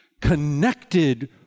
connected